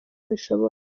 bishoboka